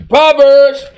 Proverbs